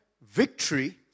victory